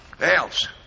else